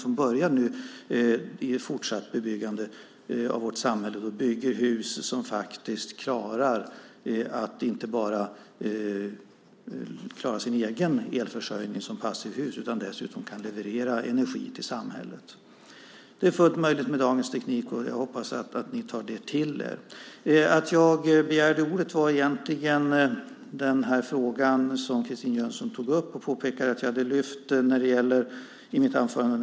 I fråga om det fortsatta byggandet av vårt samhälle gäller det alltså att redan från början bygga hus som klarar sin egen elförsörjning, såsom passivhus, och som dessutom kan leverera energi till samhället. Det är fullt möjligt med dagens teknik. Jag hoppas att ni tar till er detta. Egentligen begärde jag ordet med anledning av att Christine Jönsson pekade på en fråga som jag lyfte fram i mitt anförande.